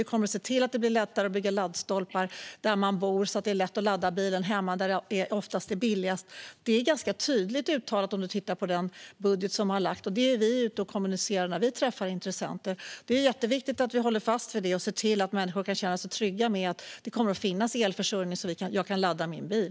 Vi kommer att se till att det blir lättare att bygga laddstolpar där man bor så att det är lätt att ladda bilen hemma, där det oftast är billigast. Det är ganska tydligt uttalat; det ser man om man tittar på den budget som har lagts fram, och det är vi ute och kommunicerar när vi träffar intressenter. Det är jätteviktigt att vi håller fast vid det och ser till att människor kan känna sig trygga med att det kommer att finnas elförsörjning så att man kan ladda sin bil.